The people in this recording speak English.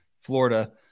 Florida